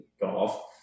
golf